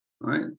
right